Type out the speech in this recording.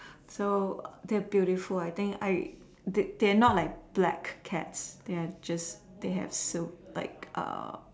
so they're beautiful I think I they they are not like black cats they're just they have so like A